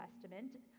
Testament